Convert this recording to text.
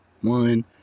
one